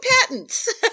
patents